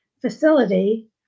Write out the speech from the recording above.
facility